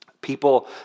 people